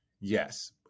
yes